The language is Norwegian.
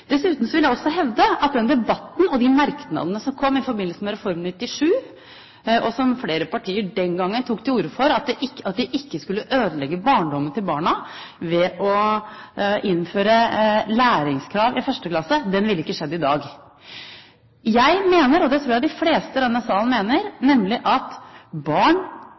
vil jeg også hevde at den debatten og de merknadene som kom i forbindelse med Reform 97, og det som flere partier den gangen tok til orde for, at de ikke skulle ødelegge barndommen til barna ved å innføre læringskrav i 1. klasse, ikke ville skjedd i dag. Jeg mener – og det tror jeg de fleste i denne sal mener – at barn